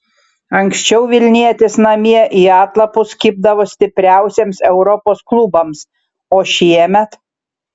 anksčiau vilnietės namie į atlapus kibdavo stipriausiems europos klubams o šiemet